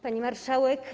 Pani Marszałek!